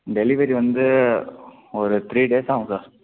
delivery வந்து ஒரு three days ஆவும் சார்